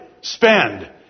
spend